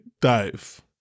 dive